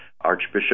Archbishop